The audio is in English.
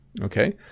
Okay